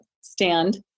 stand